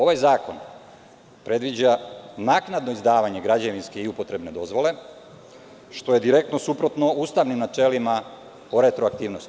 Ovaj zakon predviđa naknadno izdavanje građevinske i upotrebne dozvole, što je direktno suprotno ustavnim načelima o retroaktivnosti.